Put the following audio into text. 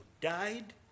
died